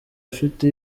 afite